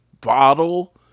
bottle